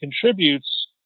contributes